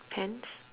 pants